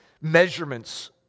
measurements